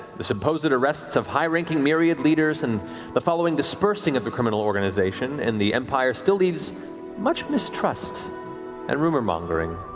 the supposed arrests of high ranking myriad leaders and the following dispersing of the criminal organization in the empire still leaves much mistrust and rumor mongering.